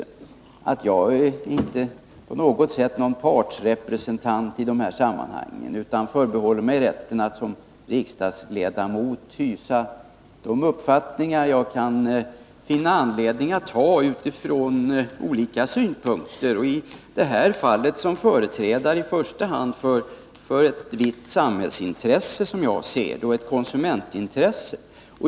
Låt mig därför säga att jag inte på något sätt är partsrepresentant i dessa sammanhang utan förbehåller mig rätten att som riksdagsledamot hysa de uppfattningar jag finner anledning att ha från olika synpunkter, i detta fall som företrädare i första hand för ett vitt samhällsintresse, som jag ser det, och för ett konsumentintresse.